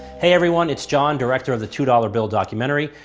hey everyone, it's john, director of the two dollar bill documentary.